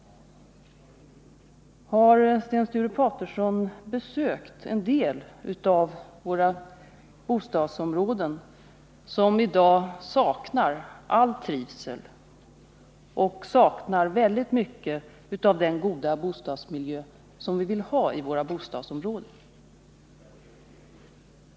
Har Sten Sture Paterson besökt en del av våra bostadsområden som i dag saknar all trivsel och som saknar väldigt mycket av den goda bostadsmiljö som vi vill ha i våra bostadsområden?